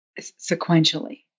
sequentially